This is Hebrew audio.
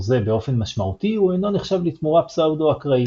זה באופן משמעותי הוא אינו נחשב לתמורה פסאודו-אקראית.